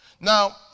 Now